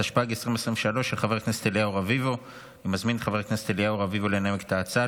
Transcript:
התשפ"ג 2023. אני מזמין את חבר הכנסת אליהו רביבו לנמק את ההצעה.